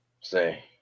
say